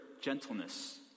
gentleness